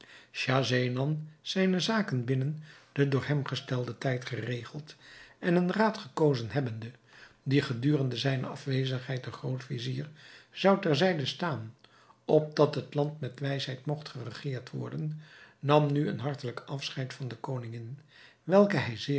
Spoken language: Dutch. schahzenan zijne zaken binnen den door hem gestelden tijd geregeld en een raad gekozen hebbende die gedurende zijne afwezigheid den grootvizier zou ter zijde staan opdat het land met wijsheid mogt geregeerd worden nam nu een hartelijk afscheid van de koningin welke hij